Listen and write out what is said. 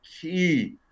key